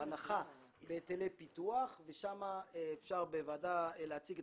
הנחה בהיטלי פיתוח, ושם אפשר בוועדה להציג את